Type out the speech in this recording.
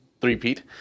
three-peat